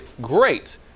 great